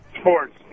Sports